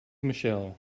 michelle